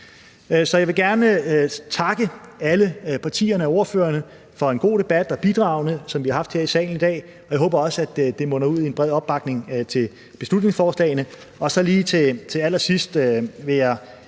Jeg vil gerne takke alle partierne og ordførerne for deres bidrag og for den gode debat, vi har haft her i salen i dag, og jeg håber også, at det munder ud i en bred opbakning til beslutningsforslagene. Lige til allersidst vil jeg